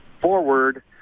forward